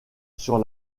sur